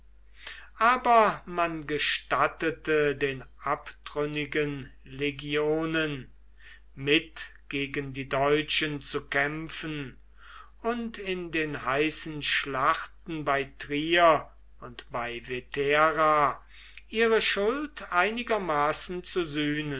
aber man gestattete den abtrünnigen legionen mit gegen die deutschen zu kämpfen und in den heißen schlachten bei trier und bei vetera ihre schuld einigermaßen zu sühnen